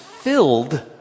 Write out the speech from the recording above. filled